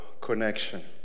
connection